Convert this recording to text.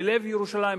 בלב ירושלים,